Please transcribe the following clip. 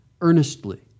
earnestly